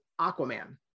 Aquaman